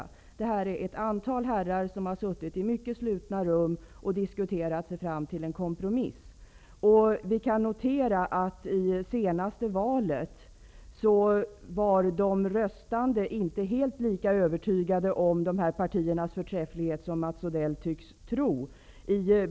I detta fall handlar det om att ett antal herrar har suttit i mycket slutna rum och diskuterat sig fram till en kompromiss. Vi kan notera att de röstande i det senaste valet inte var lika övertygade om dessa partiers förträfflighet som Mats Odell tycks tro.